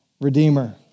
redeemer